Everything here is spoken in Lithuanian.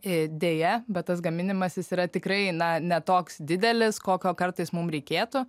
deja bet tas gaminimasis yra tikrai na ne toks didelis kokio kartais mum reikėtų